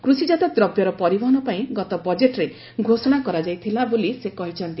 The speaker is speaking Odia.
କୃଷିଜାତ ଦ୍ରବ୍ୟର ପରିବହନ ପାଇଁ ଗତ ବଜେଟ୍ରେ ଘୋଷଣା କରାଯାଇଥିଲା ବୋଲି ସେ କହିଛନ୍ତି